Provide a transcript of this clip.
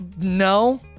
No